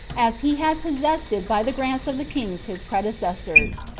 as he had possessed it by the grants of the kings his predecessors.